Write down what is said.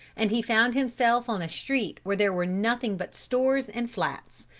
and he found himself on a street where there were nothing but stores and flats.